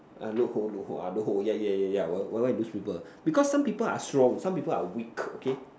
ah loop hole loop hole ah loophole yeah yeah yeah yeah why why lose people because some people are slow some people are weak okay